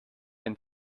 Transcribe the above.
ein